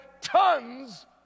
tons